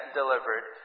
delivered